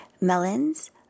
melons